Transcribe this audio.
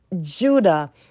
Judah